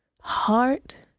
heart